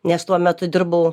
nes tuo metu dirbau